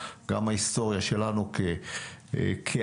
גם ההיסטוריה שלנו כעם.